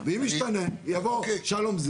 רואים בסוף בניין של 1,500 מ"ר.